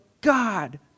God